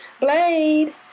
Blade